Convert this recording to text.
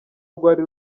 rwari